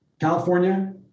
California